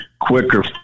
quicker